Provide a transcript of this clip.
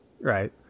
right